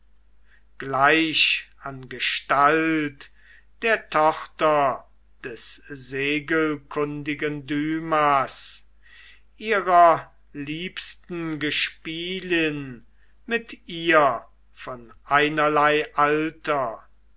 gleich an gestalt der tochter des segelkundigen dymas ihrer liebsten gespielin mit ihr von einerlei alter